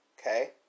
Okay